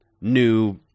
new